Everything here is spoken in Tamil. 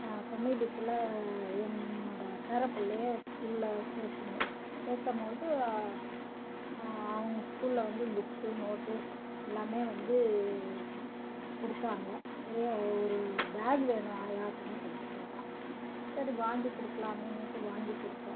நான் சமீபத்தில் என்னோடய பேரப் பிள்ளைய ஸ்கூலில் சேர்த்துனோம் சேர்த்த போது அவங்க ஸ்கூலில் வந்து புக்ஸு நோட்டு எல்லாமே வந்து கொடுத்தாங்க சரி ஒரு பேக் வேணும் ஆயா அப்படின்னு சொல்லிட்டு கேட்டான் சரி வாங்கி கொடுக்கலாமேன்ட்டு வாங்கி கொடுத்தேன்